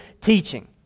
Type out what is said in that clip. teaching